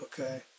okay